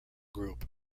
group